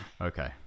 okay